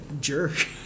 jerk